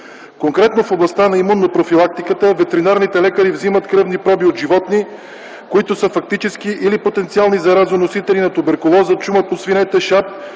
Конкретно, в областта на имунопрофилактиката, ветеринарните лекари вземат кръвни проби от животни, които са фактически или потенциални заразоносители на туберкулоза, чума по свинете, шап